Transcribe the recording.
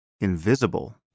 invisible